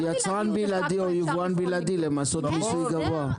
יצרן בלעדי או יבואן בלעדי למסות מיסוי גבוה.